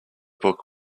book